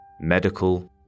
medical